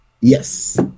Yes